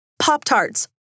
Pop-Tarts